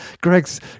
Greg's